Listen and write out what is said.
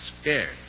scared